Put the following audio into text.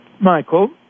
Michael